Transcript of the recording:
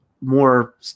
more